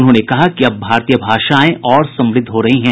उन्होंने कहा कि अब भारतीय भाषाएं और समृद्ध हो रही है